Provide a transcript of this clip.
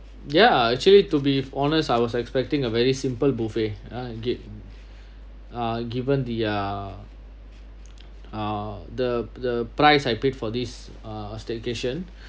ya actually to be honest I was expecting a very simple buffet ya get uh given the uh uh the the price I paid for this uh staycation